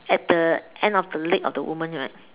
at the end of the leg of the woman right